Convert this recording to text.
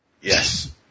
Yes